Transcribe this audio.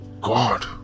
God